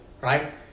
Right